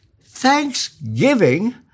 thanksgiving